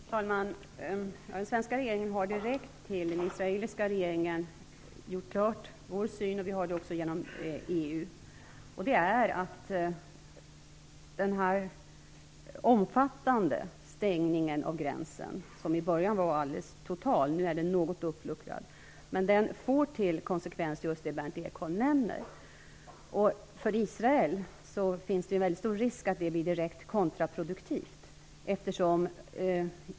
Fru talman! Den svenska regeringen har både direkt till den israeliska regeringen och genom EU klargjort vår syn, nämligen att den omfattande stängningen av gränsen - i början var den total, nu är den något uppluckrad - får till konsekvens just det Berndt Ekholm nämner. För Israel finns det en stor risk att detta blir direkt kontraproduktivt.